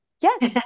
yes